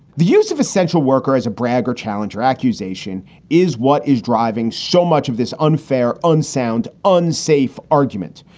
the use of a central worker as a brag or challenge or accusation is what is driving so much of this unfair, unsound, unsafe argument.